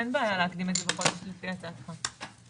אין בעיה להקדים את זה בחודש לפי הצעת הוועדה.